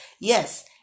Yes